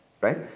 Right